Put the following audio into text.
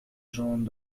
جون